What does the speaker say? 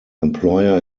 employer